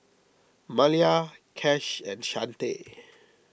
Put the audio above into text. Malia Cash and Chante